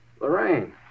Lorraine